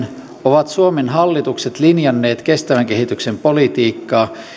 ovat suomen hallitukset linjanneet kestävän kehityksen politiikkaa